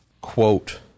quote